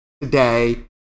today